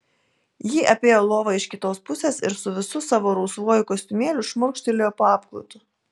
ji apėjo lovą iš kitos pusės ir su visu savo rausvuoju kostiumėliu šmurkštelėjo po apklotu